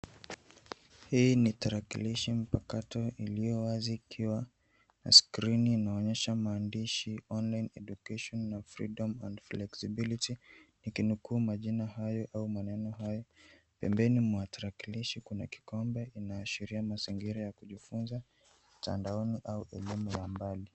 Hii ni tarakilishi mpakato iliyo wazi ikiwa na skrini inaonyesha maandishi online education na freedom and flexibility nikinukuu majina hayo au maneno hayo. Pembeni mwa tarakilishi kuna kikombe inaashiria mazingira ya kujifunza mtandaoni au elimu ya mbali.